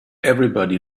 everybody